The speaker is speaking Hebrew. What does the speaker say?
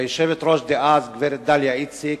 והיושבת-ראש דאז, גברת דליה איציק,